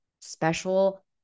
special